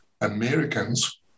Americans